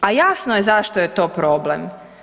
A jasno je zašto je to problem.